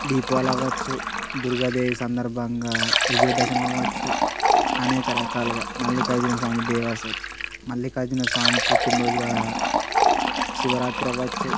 దీపావళి అవ్వచ్చు దుర్గాదేవి సందర్భంగా విజయ దశమి అవ్వచ్చు అనేక రకాలుగా మల్లికార్జున స్వామి దేవ మల్లికార్జున స్వామి పుట్టినరోజుగా శివరాత్రి అవ్వచ్చు